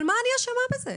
אבל מה אני אשמה בזה?